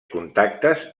contactes